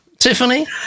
Tiffany